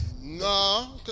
No